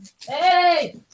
hey